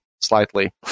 slightly